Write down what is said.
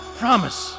promise